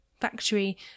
factory